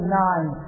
nine